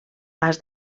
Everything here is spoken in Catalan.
has